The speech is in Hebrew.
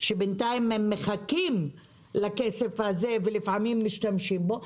שבינתיים הם מחכים לכסף הזה ולפעמים משתמשים בו,